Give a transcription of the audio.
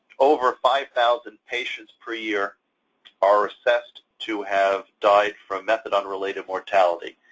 over five thousand patients per year are assessed to have died from methadone-related mortality.